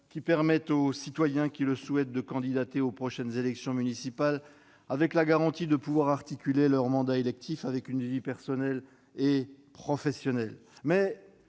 qui permette aux citoyens qui le souhaitent de candidater aux prochaines élections municipales, avec la garantie de pouvoir articuler leur mandat électif avec une vie personnelle et professionnelle.